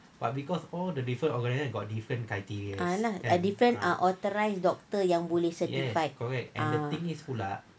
ah lah and different authorised doctors yang boleh certified ah